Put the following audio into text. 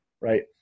right